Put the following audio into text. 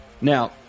Now